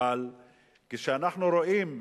אבל כשאנחנו רואים,